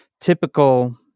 Typical